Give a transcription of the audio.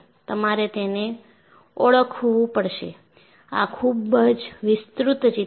તમારે તેને ઓળખવું પડશે આ ખૂબ જ વિસ્તૃત ચિત્ર છે